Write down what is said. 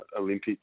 Olympic